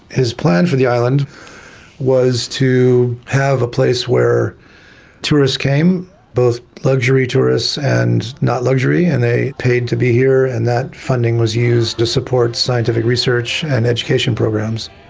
his plan for the island was to have a place where tourists came, both luxury tourists and not luxury, and they paid to be here, and that funding was used to support scientific research and education programs.